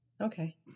Okay